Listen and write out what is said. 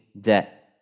debt